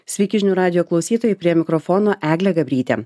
sveiki žinių radijo klausytojai prie mikrofono eglė gabrytė